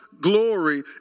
glory